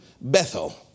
bethel